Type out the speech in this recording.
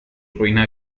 ruina